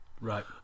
right